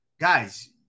guys